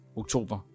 oktober